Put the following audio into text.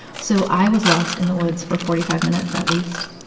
so i was lost in the woods for forty five minutes at least.